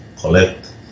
collect